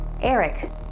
Eric